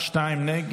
ההצעה